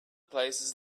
places